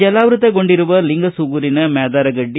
ಜಲಾವೃತಗೊಂಡಿರುವ ಲಿಂಗಸುಗೂರಿನ ಮ್ಯಾದಾರಗಡ್ಡಿ